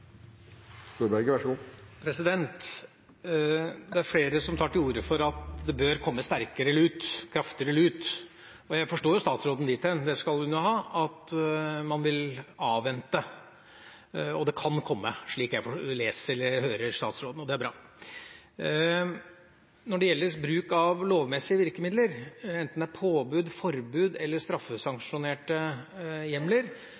at det bør komme sterkere lut, kraftigere lut. Jeg forstår statsråden dit hen – det skal hun ha – at man vil avvente. Det kan komme, slik jeg leser og hører statsråden, og det er bra. Når det gjelder bruk av lovmessige virkemidler, enten det er påbud, forbud eller straffesanksjonerte hjemler,